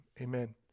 amen